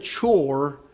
chore